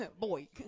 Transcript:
Boy